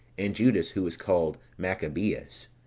and judas, who was called machabeus